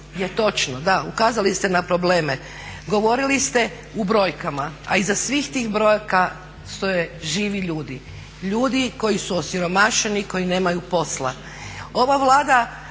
točno. Da, ukazali ste na probleme. Govorili ste u brojkama, a iza svih tih brojaka stoje živi ljudi, ljudi koji su osiromašeni, koji nemaju posla.